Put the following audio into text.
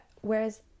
whereas